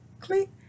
click